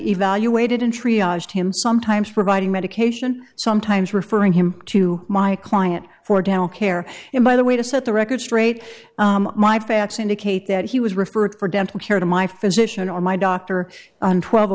aaj him sometimes providing medication sometimes referring him to my client for dental care and by the way to set the record straight my facts indicate that he was referred for dental care to my physician on my doctor on twelve o